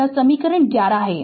यह समीकरण 11 है